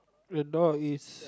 the door is